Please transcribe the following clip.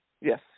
Yes